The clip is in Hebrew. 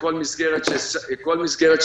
שכל מסגרת שסגרנו,